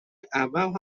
عمم